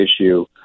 issue